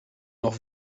noch